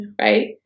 Right